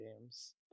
games